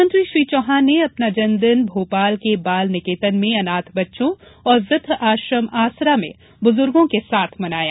मुख्यमंत्री श्री चौहान ने अपना जन्म दिन बाल निकेतन में अनाथ बच्चों और वृद्ध आश्रम आश्रा में बुजुर्गों के साथ मनाया